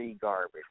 garbage